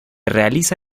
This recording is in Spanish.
realiza